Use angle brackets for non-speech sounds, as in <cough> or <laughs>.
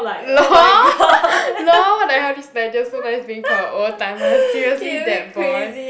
lol <laughs> lol what the hell this Nigel so nice being called a old timer seriously that boy